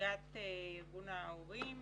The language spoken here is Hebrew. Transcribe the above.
מנציגת ארגון ההורים